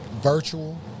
virtual